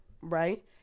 Right